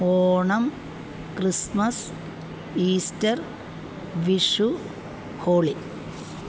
Onam Christmas Easter Vishu holy